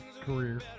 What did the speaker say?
career